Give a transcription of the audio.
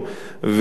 וכשישראל,